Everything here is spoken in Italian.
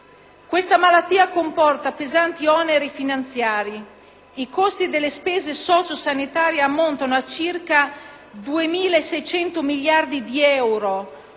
Questa malattia comporta pesanti oneri finanziari: i costi delle spese socio-sanitarie ammontano a circa 2.600 miliardi di euro,